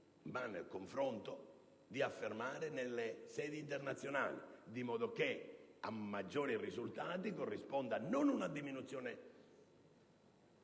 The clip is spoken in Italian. ma nel confronto, di affermare nelle sedi internazionali, di modo che a maggiori risultati corrisponda non una diminuzione